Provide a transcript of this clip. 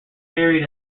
carried